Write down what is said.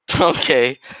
Okay